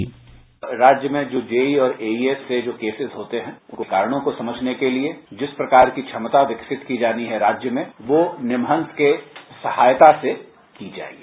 bite राज्य में जो जेईस और एईएस के केसेज होते हैं इसके कारणों को समझने के लिए जिस प्रकार की क्षमता विकसित की जानी है राज्य में वह निमहांस के सहायता से की जायेगी